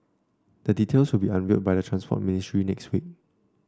the details will be unveiled by the Transport Ministry next week